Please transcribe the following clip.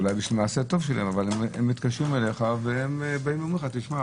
אולי זה מעשה טוב שלהם אבל הם מתקשרים אליך ואומרים: תשמע,